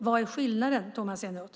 Vad är skillnaden, Tomas Eneroth?